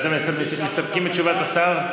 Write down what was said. אז אתם מסתפקים בתשובת השר?